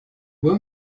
will